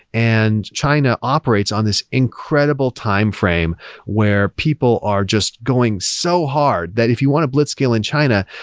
and china operates on this incredible timeframe where people are just going so hard, that if you want to blitzscale in china,